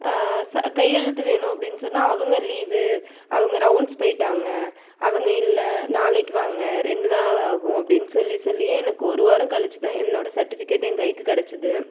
சா கையெழுத்து வேணும் அப்படின்னு சொன்னால் அவங்க லீவு அவங்க ரவுண்ட்ஸ் போயிவிட்டாங்க அவங்க இல்லை நாளைக்கு வாங்க ரெண்டு நாள் ஆகும் அப்படின்னு சொல்லி சொல்லியே எனக்கு ஒரு வாரம் கழிச்சி தான் என்னோட சர்ட்டிஃபிகேட் ஏன் கைக்கு கிடச்சிது